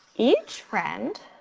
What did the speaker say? each friend.